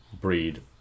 breed